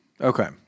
Okay